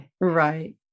Right